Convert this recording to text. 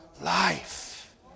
life